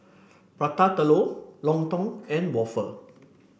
Prata Telur Lontong and waffle